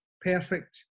perfect